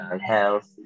health